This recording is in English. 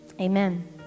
amen